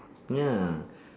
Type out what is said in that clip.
ya